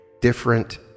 different